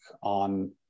on